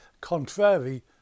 contrary